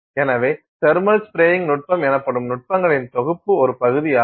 எனவே thermal spraying நுட்பம் எனப்படும் நுட்பங்களின் தொகுப்பின் ஒரு பகுதியாகும்